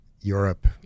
Europe